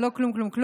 ולא כלום,